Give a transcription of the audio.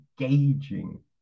engaging